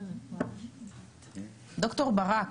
ד"ר ברק?